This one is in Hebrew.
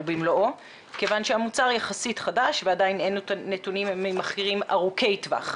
במלואו כיוון שהמוצר יחסית חדש ועדיין אין לנו נתונים ממחקרים ארוכי טווח.